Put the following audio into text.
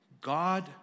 God